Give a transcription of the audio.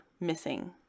missing